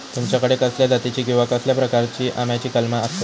तुमच्याकडे कसल्या जातीची किवा कसल्या प्रकाराची आम्याची कलमा आसत?